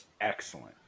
Excellent